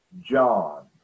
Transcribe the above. John